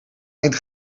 eind